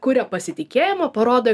kuria pasitikėjimą parodo